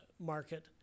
market